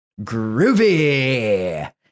Groovy